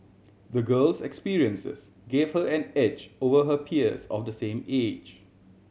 the girl's experiences gave her an edge over her peers of the same age